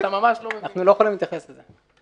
אנחנו לא יכולים להתייחס לזה.